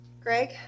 Greg